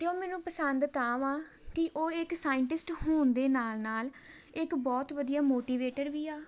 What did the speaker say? ਅਤੇ ਉਹ ਮੈਨੂੰ ਪਸੰਦ ਤਾਂ ਵਾ ਕਿ ਉਹ ਇੱਕ ਸਾਇੰਟਿਸਟ ਹੋਣ ਦੇ ਨਾਲ ਨਾਲ ਇੱਕ ਬਹੁਤ ਵਧੀਆ ਮੋਟੀਵੇਟਰ ਵੀ ਆ